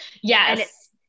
yes